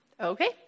Okay